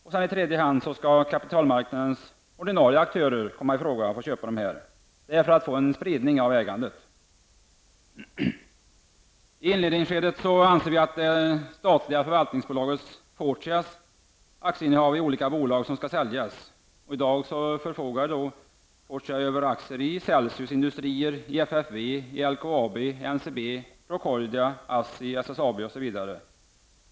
Först i tredje hand skall kapitalmarknadens ordinarie aktörer komma i fråga -- detta för att få en spridning av ägandet. Vi anser att det i inledningsskedet är det statliga förvaltningsbolaget Fortias aktieinnehav i olika bolag som skall säljas ut. I dag förfogar Fortia över aktier i Celsius Industri AB, FFV, LKAB, NCB, Procordia, ASSI och SSAB.